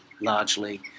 largely